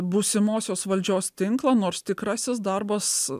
būsimosios valdžios tinklą nors tikrasis darbas